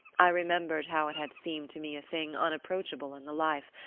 i remembered how it had seemed to me a thing unapproachable in the life,